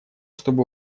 чтобы